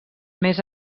més